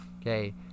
okay